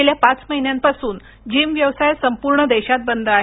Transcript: गेल्या पाच महिन्यां पासून जिम व्यवसाय संपूर्ण देशात बंद आहे